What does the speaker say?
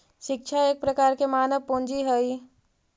शिक्षा एक प्रकार के मानव पूंजी हइ